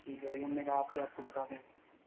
ठीक है वही हमने कहा आपसे आपको बता दें